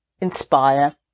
inspire